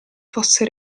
fosse